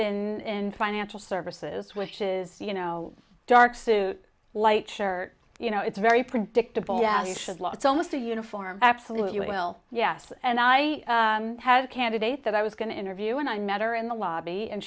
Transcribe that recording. up in financial services which is you know dark suit light shirt you know it's very predictable it's almost a uniform absolutely will yes and i have a candidate that i was going to interview and i met her in the lobby and